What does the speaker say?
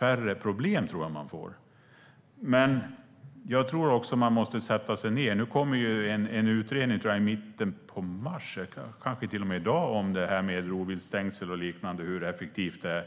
Nu kommer det en utredning i mitten av mars, tror jag - eller det kanske till och med är i dag - om det här med rovviltstängsel och liknande och hur effektivt det